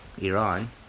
Iran